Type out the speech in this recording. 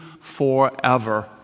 forever